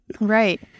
Right